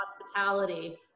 hospitality